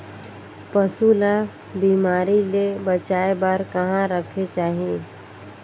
पशु ला बिमारी ले बचाय बार कहा रखे चाही?